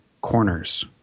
corners